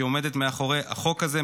שעומדת מאחורי החוק הזה,